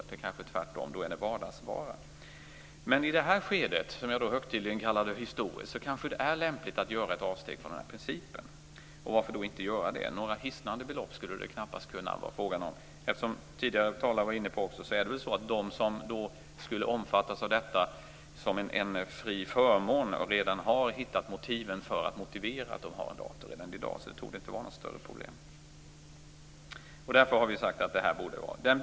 Det kanske är tvärtom. Då är de vardagsvara. Men i det här skedet, som jag högtidligen kallade historiskt, kanske det är lämpligt att göra ett avsteg från den här principen. Och varför inte göra det? Några hisnande belopp skulle det knappast kunna vara fråga om. Som tidigare talare också var inne på har väl de som skulle omfattas av detta som en fri förmån redan hittat motiven för att ha en dator redan i dag. Så det torde inte vara något större problem. Därför har vi sagt att detta borde vara möjligt.